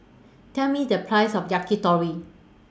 Tell Me The Price of Yakitori